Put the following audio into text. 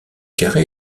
carré